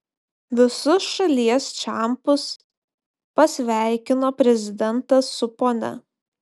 visus šalies čempus pasveikino prezidentas su ponia